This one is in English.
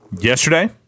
yesterday